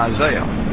Isaiah